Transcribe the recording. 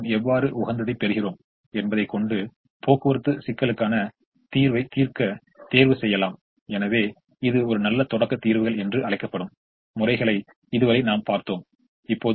இப்போது இங்கே ஒரு எதிர்மறை நிலை இருப்பதை நம்மால் கவனிக்க முடிகிறது எனவே அது ஒரு லாபமாக உள்ளது மேலும் இந்த நிலையில் எதையாவது கொண்டு பூர்த்தி செய்யலாம்